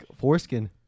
foreskin